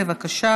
בבקשה,